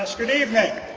um good evening.